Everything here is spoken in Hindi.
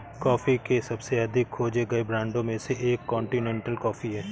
कॉफ़ी के सबसे अधिक खोजे गए ब्रांडों में से एक कॉन्टिनेंटल कॉफ़ी है